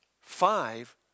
five